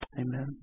Amen